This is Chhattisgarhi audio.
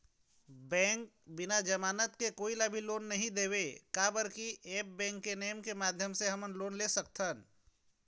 बैंक बिना जमानत के कोई ला भी लोन नहीं देवे का बर की ऐप बैंक के नेम के माध्यम से हमन लोन ले सकथन?